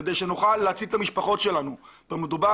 כדי שנוכל להציל את המשפחות שלנו כי מדובר